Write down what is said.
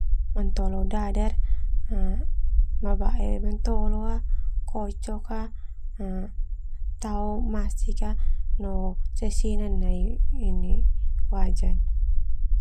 Mantolo dadar mabae mantolo tao masik sesena nai wajan.